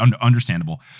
understandable